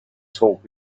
talk